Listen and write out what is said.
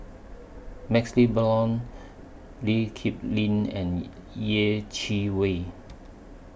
MaxLe Blond Lee Kip Lin and Yeh Chi Wei